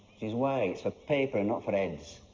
here's why. it's for paper, not for heads.